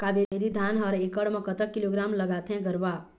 कावेरी धान हर एकड़ म कतक किलोग्राम लगाथें गरवा?